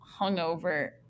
hungover